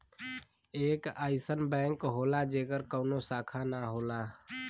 एक अइसन बैंक होला जेकर कउनो शाखा ना होला